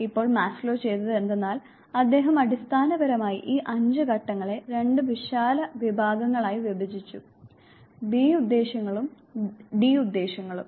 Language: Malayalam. ഇപ്പോൾ മാസ്ലോ ചെയ്തത് എന്തെന്നാൽ അദ്ദേഹം അടിസ്ഥാനപരമായി ഈ 5 ഘട്ടങ്ങളെ 2 വിശാലമായ വിഭാഗങ്ങളായി വിഭജിച്ചു ബി ഉദ്ദേശ്യങ്ങളും ഡി ഉദ്ദേശ്യങ്ങളും